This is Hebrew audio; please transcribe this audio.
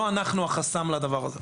לא אנחנו החסם לדבר הזה.